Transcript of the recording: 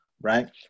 right